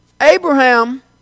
Abraham